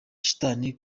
shitani